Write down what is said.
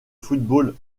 football